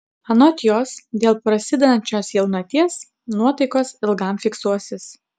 anot jos dėl prasidedančios jaunaties nuotaikos ilgam fiksuosis